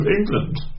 England